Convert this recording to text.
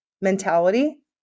mentality